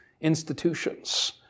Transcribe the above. institutions